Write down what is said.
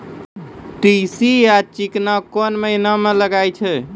तीसी यानि चिकना कोन महिना म लगाय छै?